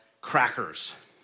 crackers